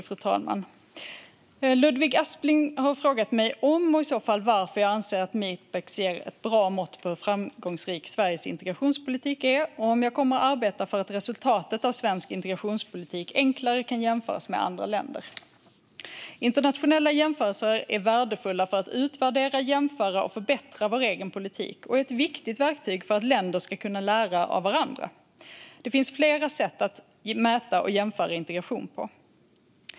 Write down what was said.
Fru talman! Ludvig Aspling har frågat mig om och i så fall varför jag anser att Mipex ger ett bra mått på hur framgångsrik Sveriges integrationspolitik är samt om jag kommer att arbeta för att resultatet av svensk integrationspolitik enklare ska kunna jämföras med andra länder. Internationella jämförelser är värdefulla för att utvärdera, jämföra och förbättra vår egen politik och är ett viktigt verktyg för att länder ska kunna lära av varandra. Det finns flera sätt att mäta och jämföra integration på.